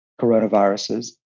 coronaviruses